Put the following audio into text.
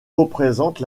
représente